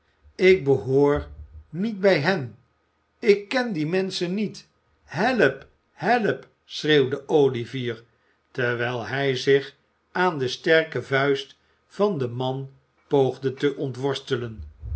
ik behoor niet bij hen ik ken die menschen niet help help schreeuwde olivier terwijl hij zich aan de sterke vuist van den man poogde te ontworstelen